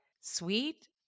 sweet